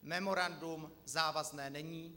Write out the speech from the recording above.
Memorandum závazné není.